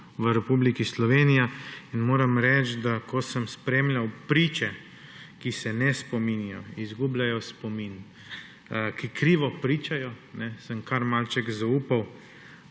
v Republiki Sloveniji. Moram reči, da ko sem spremljal priče, ki se ne spominjajo, izgubljajo spomin, ki krivo pričajo, sem kar malček izgubil